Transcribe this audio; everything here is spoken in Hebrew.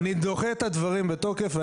אני דוחה את הדברים בתוקף,